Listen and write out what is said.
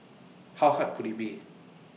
how hard could IT be